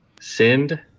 Send